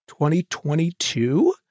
2022